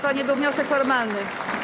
To nie był wniosek formalny.